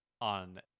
on